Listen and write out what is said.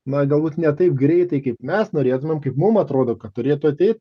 na galbūt ne taip greitai kaip mes norėtumėm kaip mum atrodo kad turėtų ateit